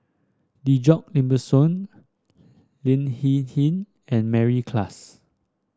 Djoko Wibisono Lin Hsin Hsin and Mary Klass